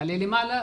תעלה למעלה,